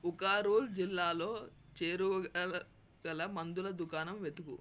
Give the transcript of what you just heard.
ఉఖరూల్ జిల్లాలో చేరువు గల గల మందుల దుకాణం వెతుకు